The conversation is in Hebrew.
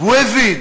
הוא הבין